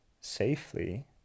safely